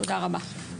תודה רבה.